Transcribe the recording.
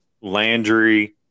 Landry